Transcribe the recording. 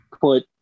put